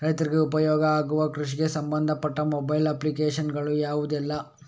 ರೈತರಿಗೆ ಉಪಯೋಗ ಆಗುವ ಕೃಷಿಗೆ ಸಂಬಂಧಪಟ್ಟ ಮೊಬೈಲ್ ಅಪ್ಲಿಕೇಶನ್ ಗಳು ಯಾವುದೆಲ್ಲ?